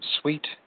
sweet